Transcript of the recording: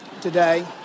today